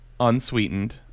unsweetened